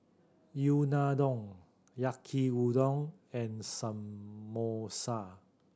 Unadon Yaki Udon and Samosa